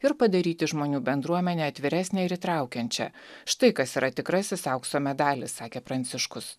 ir padaryti žmonių bendruomenę atviresnę ir įtraukiančią štai kas yra tikrasis aukso medalis sakė pranciškus